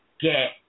get